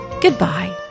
goodbye